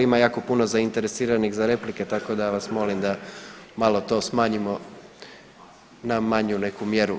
Ima jako puno zainteresiranih za replike, tako da vas molim da malo to smanjimo na manju neku mjeru.